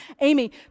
Amy